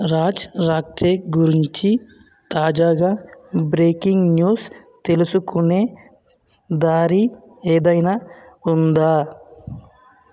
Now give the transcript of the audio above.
రాజ్ రాఖ్తే గురించి తాజాగా బ్రేకింగ్ న్యూస్ తెలుసుకునే దారి ఏదైనా ఉందా